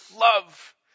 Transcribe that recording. love